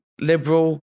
liberal